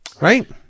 right